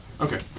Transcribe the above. Okay